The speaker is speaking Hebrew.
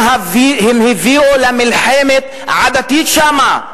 הם הביאו למלחמה ענקית שם.